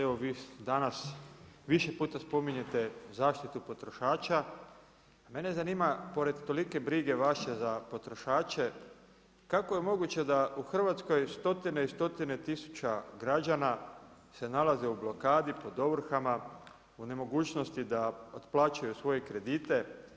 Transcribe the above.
Evo vi danas više puta spominjete zaštitu potrošača, mene zanima pored tolike brige vaše za potrošače, kako je moguće da u Hrvatskoj stotine i stotine tisuća građana se nalazi u blokadi pod ovrhama, u nemogućnosti da otplaćuju svoje kredite?